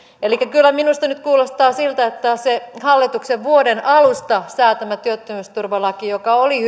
elikkä kyllä minusta nyt kuulostaa siltä että se hallituksen vuoden alusta säätämä työttömyysturvalaki joka oli